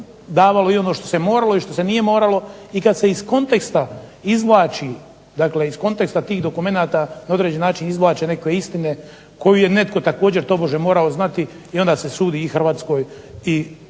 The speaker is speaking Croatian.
i ono što se moralo i što se nije moralo i kad se iz konteksta izvlači, dakle iz konteksta tih dokumenta na određen način izvlače neke istine koju je netko također tobože morao znati i onda se sudi i Hrvatskoj i općenito